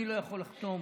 אני לא אוכל לחתום